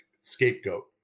scapegoat